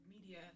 media